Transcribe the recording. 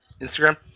Instagram